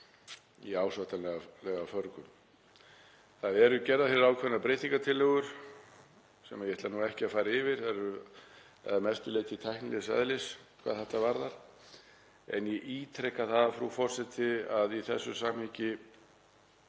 Hér eru gerðar ákveðnar breytingartillögur sem ég ætla ekki að fara yfir, þær eru að mestu leyti tæknilegs eðlis hvað þetta varðar. En ég ítreka það, frú forseti, að í þessu samhengi